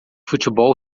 futebol